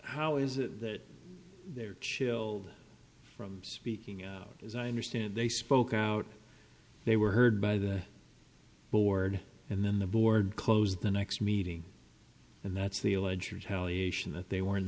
how is that their children from speaking out as i understand they spoke out they were heard by the board and then the board close the next meeting and that's the alleged retaliate in that they were